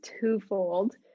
twofold